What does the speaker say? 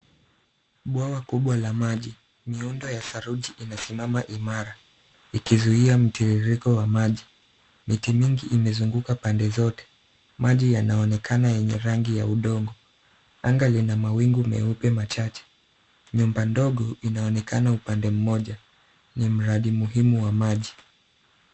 Bwawa kubwa la maji, miundo ya saruji inasimama imara, ikizuia mtiririko wa mji. Miti mingi imezunguka pande zote. Maji yanaonekana yenye rangi ya udongo. Anga lina mawingu meupe machache. Nyumba ndogo inaonekana upande mmoja. Ni mradi muhimu wa maji.